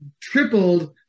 tripled